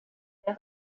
saint